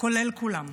כולל כולם.